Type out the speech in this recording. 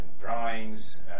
drawings